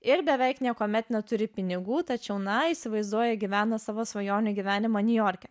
ir beveik niekuomet neturi pinigų tačiau na įsivaizduoja gyvena savo svajonių gyvenimą niujorke